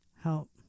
help